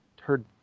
heard